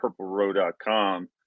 PurpleRow.com